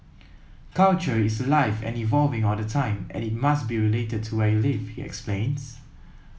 culture is alive and evolving all the time and it must be related to where you live he explains